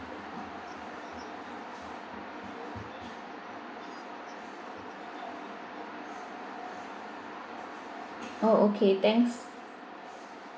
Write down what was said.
oh okay thanks